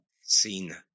seen